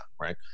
right